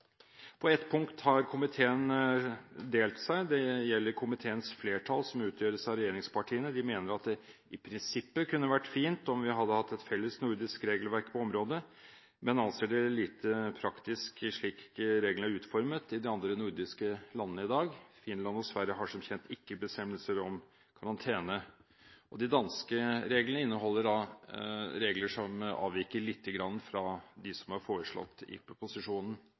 På ett punkt har komiteen delt seg. Regjeringspartiene utgjør komiteens flertall. De mener at det i prinsippet kunne vært fint om man hadde hatt et felles nordisk regelverk på området, men anser det lite praktisk slik reglene er utformet i de andre nordiske landene i dag. Finland og Sverige har som kjent ikke bestemmelser om karantene, og de danske reglene inneholder regler som avviker lite grann fra dem som er foreslått i proposisjonen.